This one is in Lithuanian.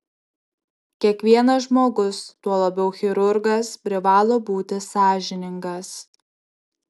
kiekvienas žmogus tuo labiau chirurgas privalo būti sąžiningas